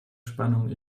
spannung